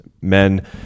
Men